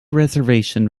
reservation